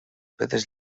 pedres